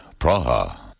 Praha